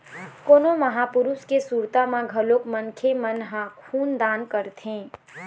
कोनो महापुरुष के सुरता म घलोक मनखे मन ह खून दान करथे